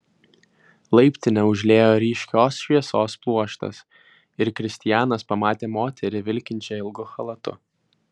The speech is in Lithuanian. laiptinę užliejo ryškios šviesos pluoštas ir kristianas pamatė moterį vilkinčią ilgu chalatu